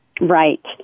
Right